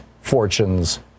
fortunes